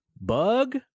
bug